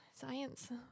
Science